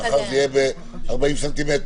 מחר זה יהיה ב-40 סנטימטר,